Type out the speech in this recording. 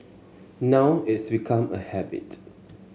now it's become a habit